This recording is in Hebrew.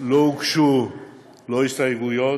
לא הוגשו הסתייגויות,